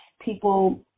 people